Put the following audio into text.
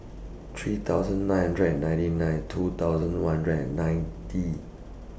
three thousand nine hundred and ninety nine two thousand one hundred and ninety